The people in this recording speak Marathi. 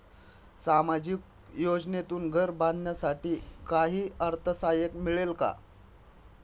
सामाजिक योजनेतून घर बांधण्यासाठी काही अर्थसहाय्य मिळेल का?